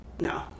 no